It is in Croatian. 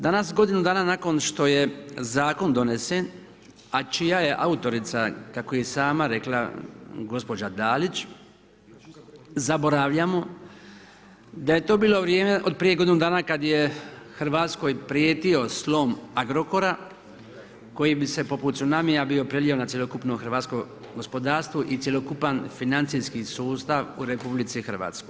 Danas godinu dana nakon što je zakon donesen a čija je autorica kako je i sama rekla gospođa Dalić zaboravljamo da je to bilo vrijeme od prije godinu dana kada je Hrvatskoj prijetio slom Agrokora koji bi se poput tsunamija bio prelio na cjelokupno hrvatskog gospodarstvo i cjelokupan financijski sustav u RH.